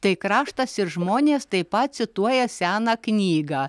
tai kraštas ir žmonės taip pat pacituoja seną knygą